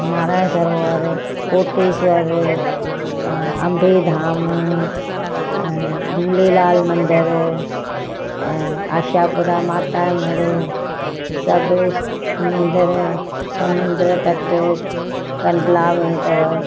नारायण सरोवर कोटेश्वर अंबेधाम झूलेलाल मंदर ऐं आशापुरा माता यो मढ़ सभु इस मंदरु समुंद्र तट कंडला में अथव